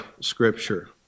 scripture